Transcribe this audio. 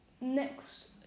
next